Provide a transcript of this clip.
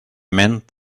meant